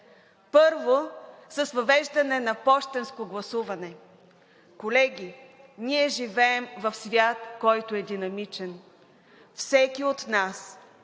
Първо, въвеждане на пощенско гласуване. Колеги, ние живеем в свят, който е динамичен. Всеки от нас